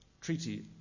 treaty